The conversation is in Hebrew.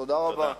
תודה רבה.